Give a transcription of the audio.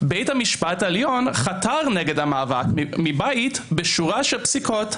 בית המשפט העליון חתר נגד המאבק מבית בשורה של פסיקות,